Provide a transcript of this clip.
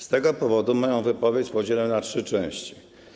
Z tego powodu moją wypowiedź podzielę na trzy części.